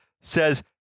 Says